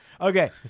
Okay